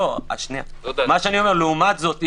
לעומת זאת,